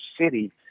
City